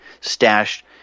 stashed